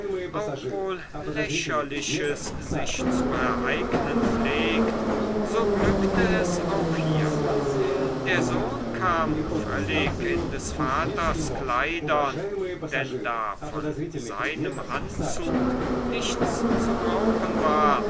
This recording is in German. heiteres ja lächerliches sich zu ereignen pflegt so glückte es auch hier der sohn kam völlig in des vaters kleidern denn da von seinem anzug nichts zu brauchen war